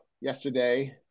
yesterday